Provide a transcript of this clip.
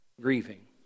grieving